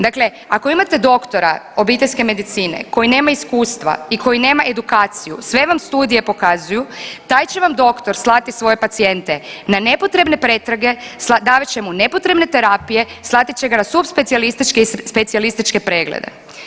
Dakle, ako imate doktora obiteljske medicine koji nema iskustva i koji nema edukaciju sve vam studije pokazuju taj će vam doktor slati svoje pacijente na nepotrebne pretrage, davat će u nepotrebne terapije, slati će ga na subspecijalističke i specijalističke preglede.